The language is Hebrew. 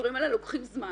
הדברים האלה לוקחים זמן.